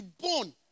born